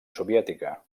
soviètica